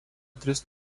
tris